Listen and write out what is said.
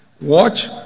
watch